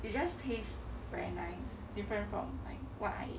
it just taste very nice different from like what I